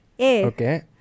Okay